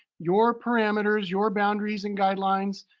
your parameters, your boundaries and guidelines.